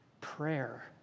prayer